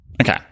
Okay